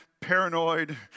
paranoid